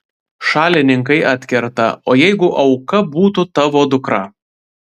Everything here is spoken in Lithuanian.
šalininkai atkerta o jeigu auka būtų tavo dukra